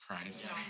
Christ